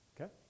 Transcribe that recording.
Okay